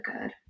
good